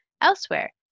Elsewhere